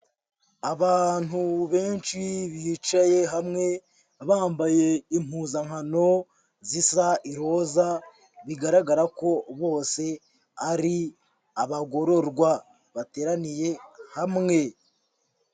Abantu benshi bicaye hamwe bambaye impuzankano zisa iroza, bigaragara ko bose ari abagororwa bateraniye hamwe.